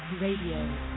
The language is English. Radio